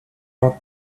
rock